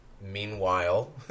Meanwhile